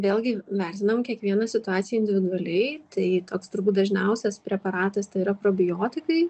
vėlgi vertinam kiekvieną situaciją individualiai tai toks turbūt dažniausias preparatas tai yra probiotikai